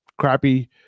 crappy